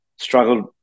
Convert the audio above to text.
struggled